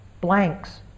blanks